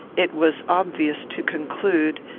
it was obvious to conclude,